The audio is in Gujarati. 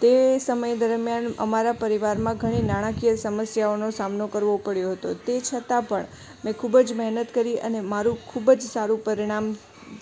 તે સમય દરમ્યાન અમારા પરિવારમાં ઘણી નાણાકીય સમસ્યાઓનો સામનો કરવો પડ્યો હતો તે છતાં પણ મેં ખૂબ જ મહેનત કરી અને મારું ખૂબ જ સારું પરીણામ